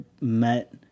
met